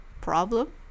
problem